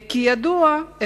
כידוע,